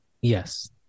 Yes